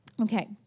Okay